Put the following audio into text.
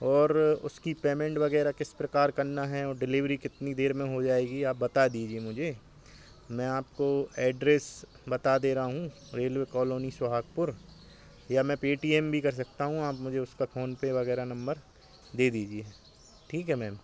और उसकी पेमेंट वग़ैरह किस प्रकार करना है और डिलीवरी कितनी देर में हो जाएगी आप बता दीजिए मुझे मैं आपको एड्रैस बता दे रहा हूँ रेल्वे कॉलोनी सुहागपुर या मैं पेटिएम भी कर सकता हूँ आप मुझे उसका फोनपे वग़ैरह नंबर दे दीजिए ठीक है मैम